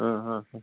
હા